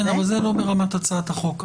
כן, אבל זה לא ברמת הצעת החוק.